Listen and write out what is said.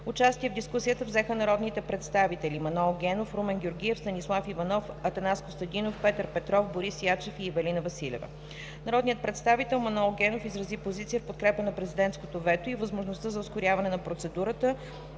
Участие в дискусията взеха народните представители: Манол Генов, Румен Георгиев, Станислав Иванов, Атанас Костадинов, Петър Петров, Борис Ячев и Ивелина Василева. Народният представител Манол Генов изрази позиция в подкрепа на президентското вето и възможността за ускоряване на процедурата,